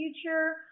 future